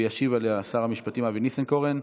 ישיב עליה שר המשפטים אבי ניסנקורן.